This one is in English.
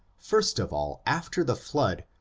first of all, after the flood,